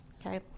Okay